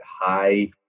high